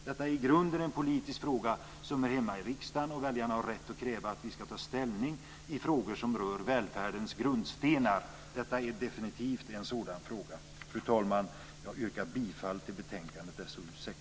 Detta är i grunden en politisk fråga som hör hemma i riksdagen, och väljarna har rätt att kräva att vi ska ta ställning i frågor som rör välfärdens grundstenar. Detta är definitivt en sådan fråga. Fru talman! Jag yrkar bifall till hemställan i betänkandet SoU6.